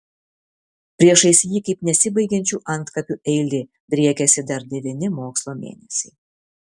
priešais jį kaip nesibaigiančių antkapių eilė driekėsi dar devyni mokslo mėnesiai